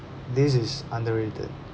this is underrated